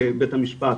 בית המשפט,